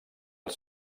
els